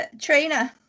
trainer